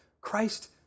Christ